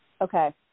okay